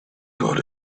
got